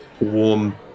Warm